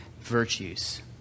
virtues